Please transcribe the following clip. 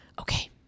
Okay